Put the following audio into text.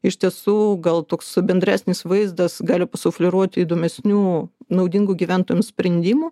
iš tiesų gal toks bendresnis vaizdas gali pasufleruoti įdomesnių naudingų gyventojams sprendimų